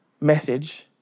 message